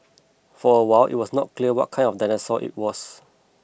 for a while it was not clear what kind of dinosaur it was